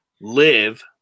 live